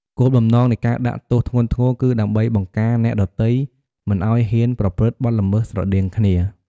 គោលបំណងនៃការដាក់ទោសធ្ងន់ធ្ងរគឺ ដើម្បីបង្ការអ្នកដទៃមិនឲ្យហ៊ានប្រព្រឹត្តបទល្មើសស្រដៀងគ្នា។